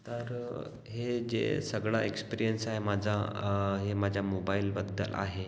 तर हे जे सगळा एक्सप्रियंस आहे माझा हे माझ्या मोबाइलबद्दल आहे